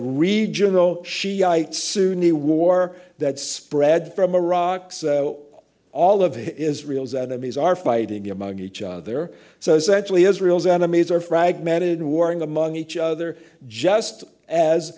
regional shiite sunni war that spread from iraq all of israel's enemies are fighting among each other so essentially israel's enemies are fragmented warring among each other just as